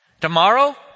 Tomorrow